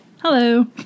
Hello